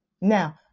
Now